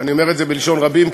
אני אומר את זה בלשון רבים,